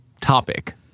topic